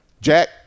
Jack